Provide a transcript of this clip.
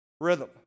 rhythm